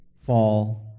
fall